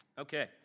Okay